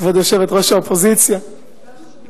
כבוד יושבת-ראש האופוזיציה --- נפגשנו